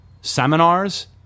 Seminars